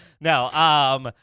No